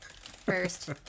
first